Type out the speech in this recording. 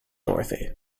dorothy